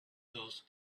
those